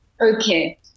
Okay